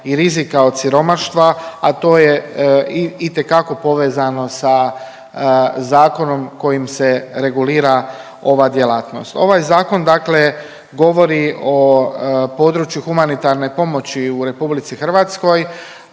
i rizika od siromaštva, a to je itekako povezano sa zakonom kojim se regulira ova djelatnost. Ovaj zakon dakle govori o području humanitarne pomoći u RH,